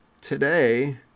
today